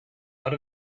out